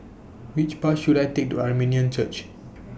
Which Bus should I Take to Armenian Church